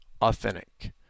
authentic